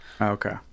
okay